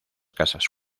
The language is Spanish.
casas